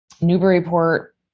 Newburyport